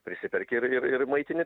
prisiperki ir ir ir maitini